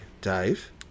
Dave